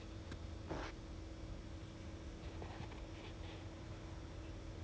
must have the thing probably because if not 两头不找他 then you have to pay the tax there and you have to pay the tax here